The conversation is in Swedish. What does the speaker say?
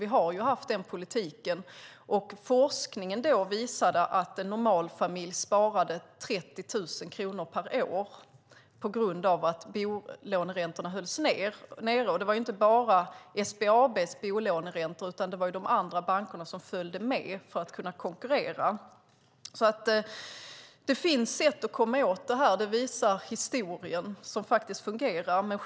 Vi har haft den politiken. Forskningen visade att en normalfamilj sparade 30 000 kronor per år tack vare att bolåneräntorna hölls ned. Det var inte bara fråga om SBAB:s bolåneräntor utan även de andra bankerna följde med för att kunna konkurrera. Det finns sätt att komma åt dessa frågor som faktiskt fungerar. Det visar historien.